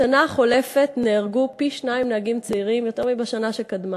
בשנה החולפת נהרגו פי-שניים נהגים צעירים מבשנה שקדמה,